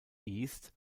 east